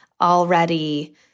already